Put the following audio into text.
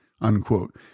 unquote